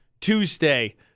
Tuesday